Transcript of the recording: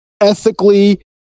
ethically